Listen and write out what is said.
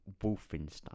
wolfenstein